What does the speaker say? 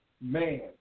man